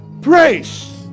praise